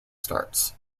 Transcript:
starts